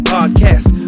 Podcast